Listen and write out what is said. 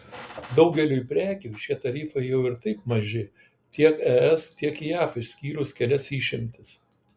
daugeliui prekių šie tarifai jau ir taip maži tiek es tiek jav išskyrus kelias išimtis